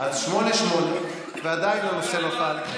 אז שמונה שמונה, ועדיין הנושא נפל.